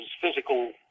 physical